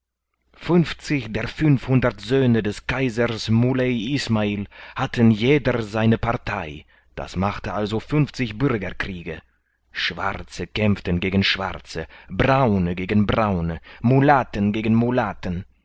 funfzig der söhne des kaisers mulei ismael hatten jeder seine partei das machte also funfzig bürgerkriege schwarze kämpften gegen schwarze braune gegen braune mulatten gegen mulatten